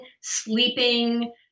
sleeping